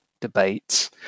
debates